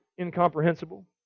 incomprehensible